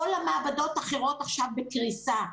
כל המעבדות האחרות עכשיו בקריסה.